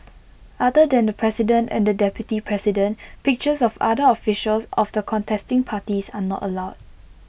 other than the president and the deputy president pictures of other officials of the contesting parties are not allowed